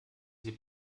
sie